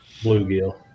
bluegill